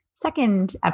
second